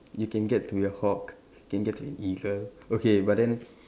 you can get to be a hawk you can get to be an eagle okay but then